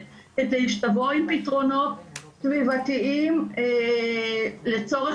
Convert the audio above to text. כדי שתבוא עם פתרונות סביבתיים לצורך